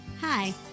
Hi